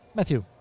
Matthew